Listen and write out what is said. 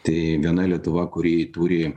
tai viena lietuva kuri turi